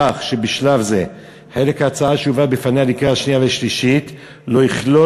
כך שבשלב זה חלק ההצעה שיובא בפניה לקריאה שנייה ושלישית לא יכלול